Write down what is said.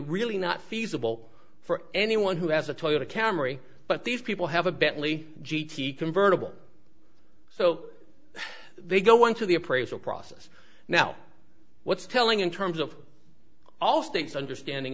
really not feasible for anyone who has a toyota camry but these people have a bentley g t convertible so they go into the appraisal process now what's telling in terms of all states understanding